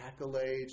accolades